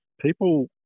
people